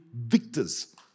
victors